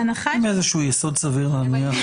אין יסוד סביר להניח.